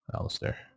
alistair